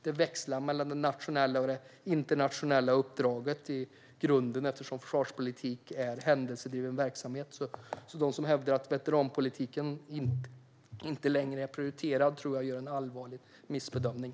Det växlar mellan det nationella och internationella uppdraget i grunden, eftersom försvarspolitiken är händelse - det är ju en verksamhet. De som hävdar att veteranpolitiken inte längre är prioriterad tror jag gör en allvarlig missbedömning.